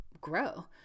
grow